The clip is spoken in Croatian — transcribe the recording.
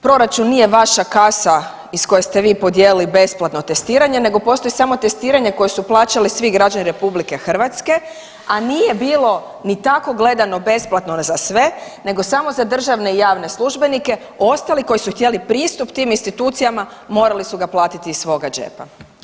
Proračun nije vaša kasa iz koje ste vi podijelili besplatno testiranje nego postoje samo testiranje koje su plaćali svi građani RH, a nije bilo ni tako gledano besplatno za sve nego samo za državne i javne službenike, ostali koji su htjeli pristup tim institucijama morali su ga platiti iz svoga džepa.